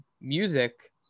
music